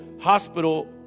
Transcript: hospital